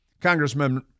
Congressman